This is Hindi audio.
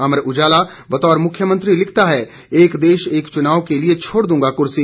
अमर उजाला बतौर मुख्यमंत्री लिखता है एक देश एक चुनाव के लिए छोड़ दूंगा कुर्सी